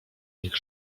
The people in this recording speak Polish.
nich